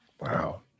Wow